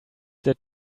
that